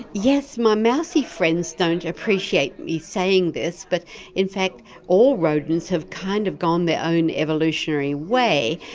yes, my mousey friends don't appreciate me saying this, but in fact all rodents have kind of gone their own evolutionary way,